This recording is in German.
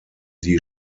die